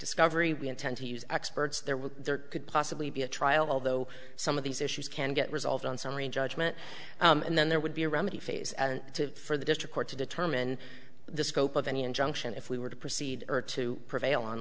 discovery we intend to use experts there was there could possibly be a trial although some of these issues can get resolved on summary judgment and then there would be a remedy phase and for the district court to determine the scope of any injunction if we were to proceed or to prevail on